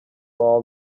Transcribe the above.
all